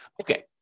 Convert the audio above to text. Okay